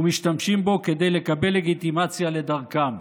ומשתמשים בו כדי לקבל לגיטימציה לדרכם.